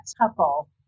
couple